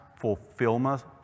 fulfillment